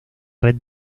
red